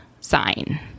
sign